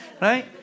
Right